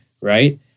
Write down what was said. Right